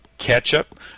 Ketchup